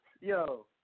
Yo